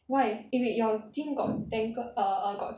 why eh wait your team got tanker err err got